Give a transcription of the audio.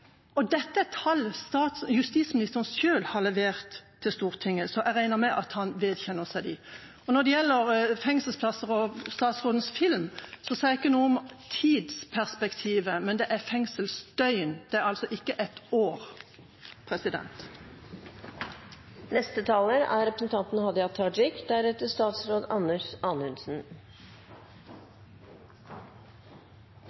Dette er tall justisministeren selv har levert til Stortinget, så jeg regner med at han vedkjenner seg dem. Når det gjelder fengselsplasser og statsrådens film, sa jeg ikke noe om tidsperspektivet, men om fengselsdøgn. Det er altså ikke ett år. Eg er einig i at ein kan seia mykje rart om Senterpartiet, men ein kan ikkje seia det som representanten